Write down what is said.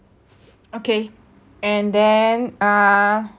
okay and then uh